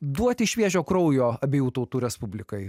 duoti šviežio kraujo abiejų tautų respublikai